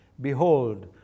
Behold